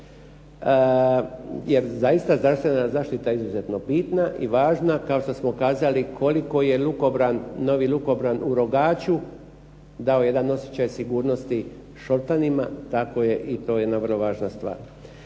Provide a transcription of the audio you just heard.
Jer zaista, zdravstvena zaštita je izuzetno bitna i važna, kao što smo kazali koliko je lukobran, novi lukobran u rogaču dao jedan osjećaj sigurnosti Šoltanima, tako je i to jedna vrlo važna stvar.